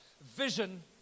vision